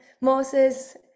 Moses